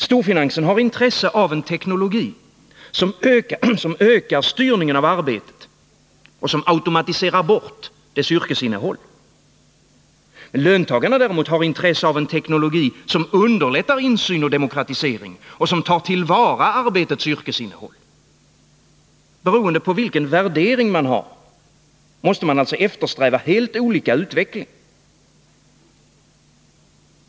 Storfinansen har intresse av en teknologi som ökar styrningen av arbetet och som automatiserar bort dess yrkesinnehåll. Löntagarna däremot har intresse av en teknologi som underlättar insyn och demokratisering och som tar till vara arbetets yrkesinnehåll. Beroende på vilken värdering man har måste man alltså eftersträva helt olika utveckling.